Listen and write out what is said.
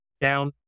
down